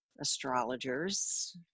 astrologers